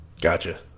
Gotcha